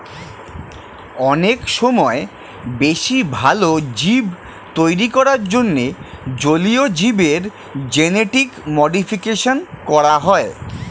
অনেক সময় বেশি ভালো জীব তৈরী করার জন্যে জলীয় জীবের জেনেটিক মডিফিকেশন করা হয়